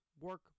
work